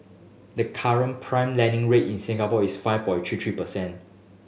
the current prime lending rate in Singapore is five point three three percent